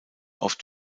oft